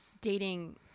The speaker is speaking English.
dating